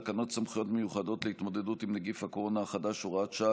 תקנות סמכויות מיוחדות להתמודדות עם נגיף הקורונה החדש (הוראת שעה,